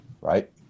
right